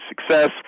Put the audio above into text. success